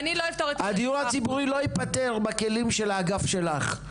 אני לא אפתור --- הדיור הציבורי לא ייפתר בכלים של האגף שלך.